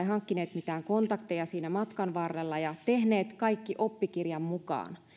hankkineet mitään kontakteja siinä matkan varrella ja ovat tehneet kaikki oppikirjan mukaan